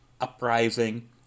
Uprising